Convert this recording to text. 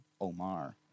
omar